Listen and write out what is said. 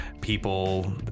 People